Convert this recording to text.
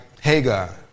Hagar